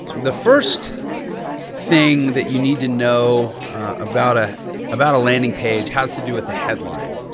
the first thing that you need to know about ah about a landing page has to do with the headline.